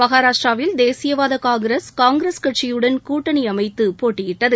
மகாராஷ்டிராவில் தேசியவாத Congress Congress கட்சியுடன் கூட்டணி அமைத்து போட்டியிட்டது